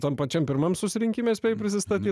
tam pačiam pirmam susirinkime spėjo prisistatyti